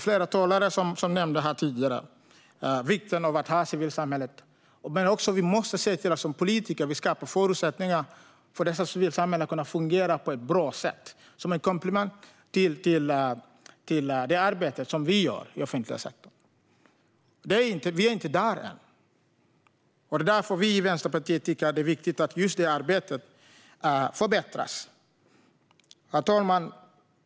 Flera tidigare talare har nämnt vikten av att ha ett civilsamhälle, men vi måste också som politiker se till att skapa förutsättningar för detta civilsamhälle att kunna fungera på ett bra sätt som ett komplement till det arbete som vi gör. Vi är dock inte där än, och det är därför vi i Vänsterpartiet tycker att det är viktigt att just det arbetet förbättras. Herr talman!